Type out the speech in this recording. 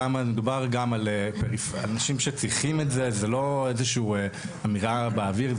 למה מדובר על אנשים שצריכים את זה ולא איזשהו אמירה באוויר,